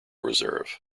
reserve